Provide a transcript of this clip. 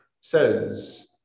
says